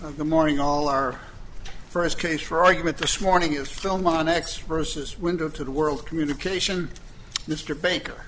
the morning all our first case for argument this morning is film on x rose's window to the world communication mr baker